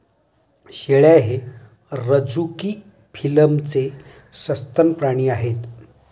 शेळ्या हे रझुकी फिलमचे सस्तन प्राणी आहेत